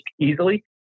easily